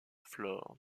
flore